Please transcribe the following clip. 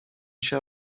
się